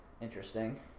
interesting